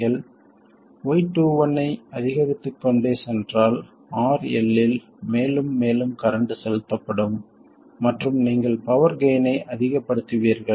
நீங்கள் y21 ஐ அதிகரித்துக் கொண்டே சென்றால் RL இல் மேலும் மேலும் கரண்ட் செலுத்தப்படும் மற்றும் நீங்கள் பவர் கெய்ன் ஐ அதிகப்படுத்துவீர்கள்